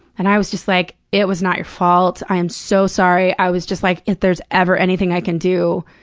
and i was just like, it was not your fault. i am so sorry. i was just like, if there's ever anything i can do.